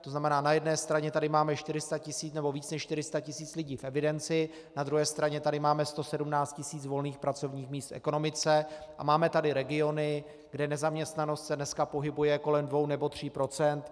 To znamená, na jedné straně tady máme 400 tisíc, nebo víc než 400 tisíc lidí v evidenci, na druhé straně tady máme 117 tisíc volných pracovních míst v ekonomice a máme tady regiony, kde nezaměstnanost se dneska pohybuje kolem dvou nebo tří procent.